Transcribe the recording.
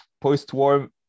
post-war